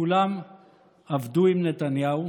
כולם עבדו עם נתניהו,